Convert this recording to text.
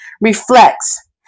reflects